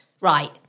right